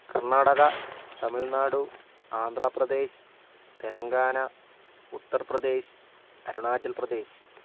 Karnataka Tamil Nadu Andhra Pradesh Telangana Uttar Pradesh Arunachal Pradesh